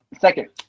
Second